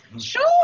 sure